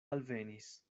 alvenis